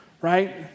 right